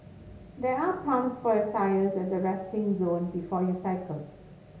there are pumps for your tyres at the resting zone before you cycle